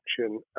action